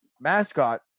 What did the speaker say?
Mascot